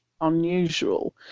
unusual